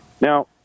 Now